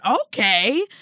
Okay